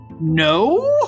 No